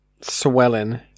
swelling